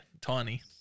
tiny